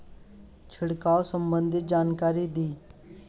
छिड़काव संबंधित जानकारी दी?